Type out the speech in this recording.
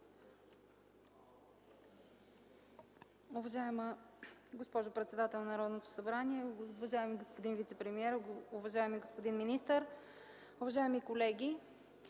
Уважаема госпожо председател на Народното събрание, уважаеми господин вицепремиер, уважаеми господин министър, уважаеми колеги!